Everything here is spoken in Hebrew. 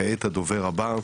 כעת הדובר הבא,